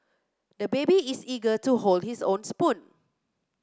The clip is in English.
the baby is eager to hold his own spoon